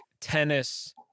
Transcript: tennis